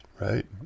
Right